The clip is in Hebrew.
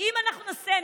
אם אנחנו נעשה,